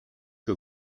que